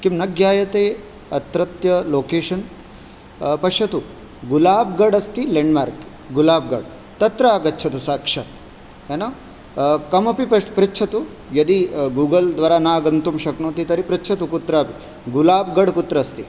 किं न ज्ञायते अत्रत्य लोकेशन् पश्यतु गुलाब्गड् अस्ति लेण्ड्मार्क् गुलाब्गड् तत्र आगच्छतु साक्षात् ह न कमपि प पृच्छतु यदि गूगल् द्वारा न आगन्तु शक्नोति तर्हि पृच्छतु कुत्रापि गुलाब्गड् कुत्र अस्ति